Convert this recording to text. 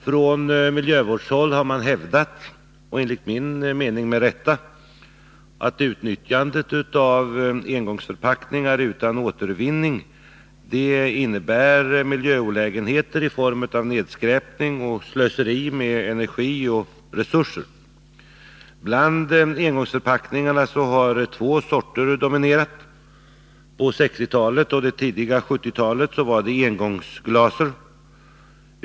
Från miljövårdshåll har man hävdat — enligt min mening med rätta — att utnyttjandet av engångsförpackningar utan återvinning innebär miljöolägenheter i form av nedskräpning och slöseri med energi och resurser. Bland engångsförpackningarna har två sorter dominerat. På 1960-talet och det tidiga 1970-talet var det engångsglaset.